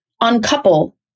uncouple